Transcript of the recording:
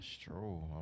true